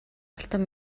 алтан